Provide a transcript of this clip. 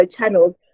channels